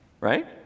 right